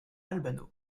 albano